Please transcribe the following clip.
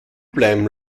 bleiben